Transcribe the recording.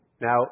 Now